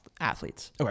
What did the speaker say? athletes